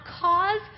cause